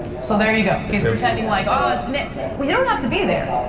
so there you go. he's pretending like ah it's, we don't have to be there.